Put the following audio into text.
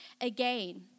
again